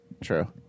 True